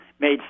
made